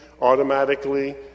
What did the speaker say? automatically